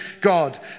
God